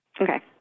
Okay